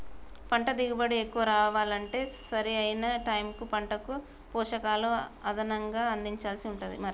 పంట దిగుబడి ఎక్కువ రావాలంటే సరి అయిన టైముకు పంటకు పోషకాలు అదనంగా అందించాల్సి ఉంటది మరి